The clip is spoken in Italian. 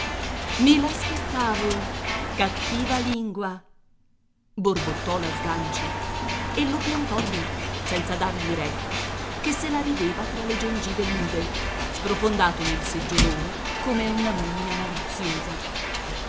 me l'aspettavo cattiva lingua borbottò la sganci e lo piantò lì senza dargli retta che se la rideva fra le gengive nude sprofondato nel seggiolone come una mummia maliziosa